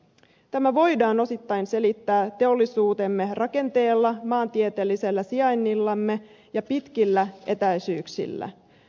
tämä voidaan osittain selittää teollisuutemme rakenteella maantieteellisellä sijainnillamme ja pitkillä etäisyyksillä